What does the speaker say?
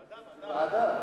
ועדה.